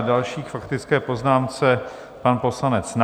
Další k faktické poznámce pan poslanec Nacher.